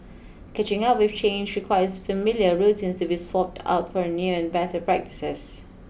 catching up with change requires familiar routines to be swapped out for new and better practices